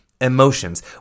emotions